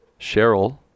Cheryl